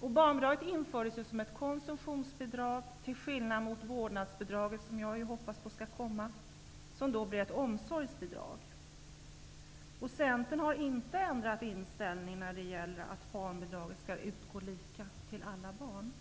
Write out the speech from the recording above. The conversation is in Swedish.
Barnbidraget infördes ju som ett konsumtionsbidrag till skillnad från vårdnadsbidraget -- som jag ju hoppas skall införas. Det blir då ett omsorgsbidrag. Centern har inte ändrat inställning när det gäller att barnbidraget skall utgå lika till alla barn.